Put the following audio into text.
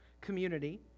community